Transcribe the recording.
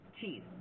cheese